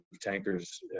tankers